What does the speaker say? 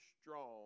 strong